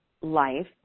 life